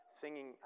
singing